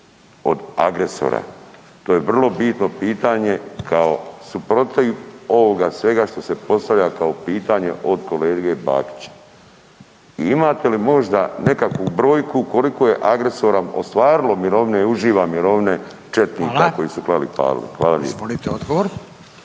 Od agresora. To je vrlo bitno pitanje kao suprotiv ovoga što se postavlja kao pitanje od kolege Bakića. I imate li možda nekakvu brojku koliko je agresora ostvarilo mirovine i uživa mirovine četnika koji su klali i palili? Hvala. **Radin, Furio